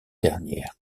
dernière